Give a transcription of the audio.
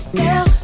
girl